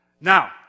Now